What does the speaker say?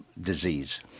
disease